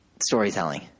storytelling